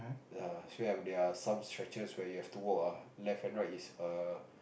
ya so if there are some stretches where you have to walk ah left and right is err